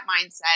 mindset